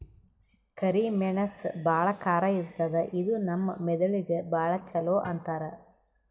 ಕರಿ ಮೆಣಸ್ ಭಾಳ್ ಖಾರ ಇರ್ತದ್ ಇದು ನಮ್ ಮೆದಳಿಗ್ ಭಾಳ್ ಛಲೋ ಅಂತಾರ್